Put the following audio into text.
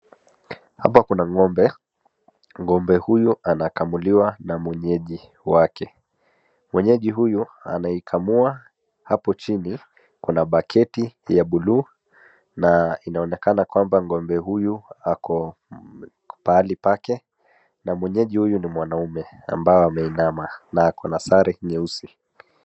Hapo kuna ng'ombe, ng'o mbe huyo anakamuliwa na mwenyeji wake. Mwenyeji huyu anaikamua hapo chini kuna baketi ya blue na inaonekana kwamba ng'ombe huyu ako pahali pake na mwenyeji huyu ni mwanaume ambao ameinama na ako na sare nyeusi